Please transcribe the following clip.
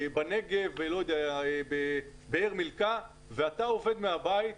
בנגב ואת העובד מהבית,